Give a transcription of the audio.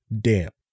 damp